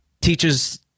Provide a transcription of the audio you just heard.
teaches